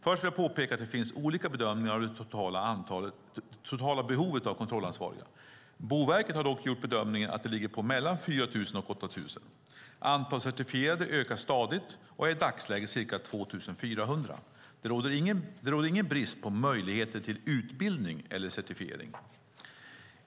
Först vill jag påpeka att det finns olika bedömningar av det totala behovet av kontrollansvariga. Boverket har dock gjort bedömningen att det ligger på mellan 4 000 och 8 000. Antalet certifierade ökar stadigt och är i dagsläget ca 2 400. Det råder ingen brist på möjligheter till utbildning eller certifiering.